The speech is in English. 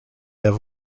have